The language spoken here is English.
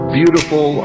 beautiful